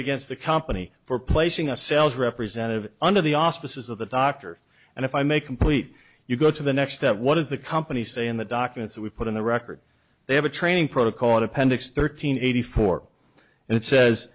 against the company for placing a sales representative under the auspices of the doctor and if i may complete you go to the next step one of the companies say in the documents that we put in the record they have a training protocol in appendix thirteen eighty four and it says